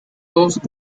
dos